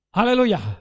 Hallelujah